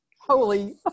holy